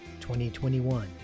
2021